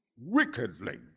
wickedly